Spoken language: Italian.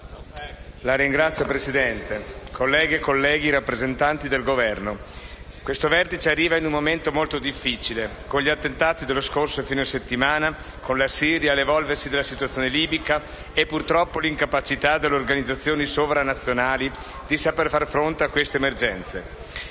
Signora Presidente, colleghe e colleghi, rappresentanti del Governo, questo vertice arriva in un momento molto difficile, con gli attentati dello scorso fine settimana, la Siria, l'evolversi della situazione libica e, purtroppo, l'incapacità delle organizzazioni sovranazionali a far fronte a queste emergenze.